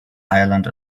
ireland